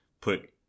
put